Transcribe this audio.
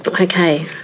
Okay